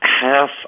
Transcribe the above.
half